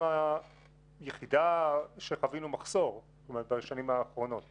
היחידה שחווינו מחסור בשנים האחרונות